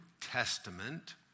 Testament